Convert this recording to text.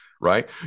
right